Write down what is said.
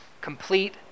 complete